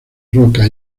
roca